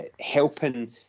helping